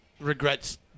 regrets